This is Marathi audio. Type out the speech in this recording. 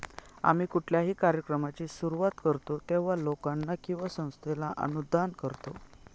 आम्ही कुठल्याही कार्यक्रमाची सुरुवात करतो तेव्हा, लोकांना किंवा संस्थेला अनुदान करतो